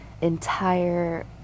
entire